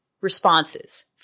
responses